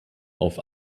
auf